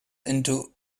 into